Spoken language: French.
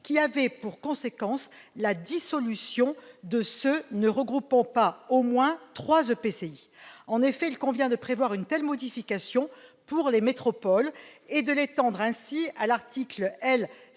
» dont la conséquence était la dissolution des syndicats ne regroupant pas au moins trois EPCI. En effet, il convient de prévoir une telle modification pour les métropoles, donc de l'étendre à l'article L.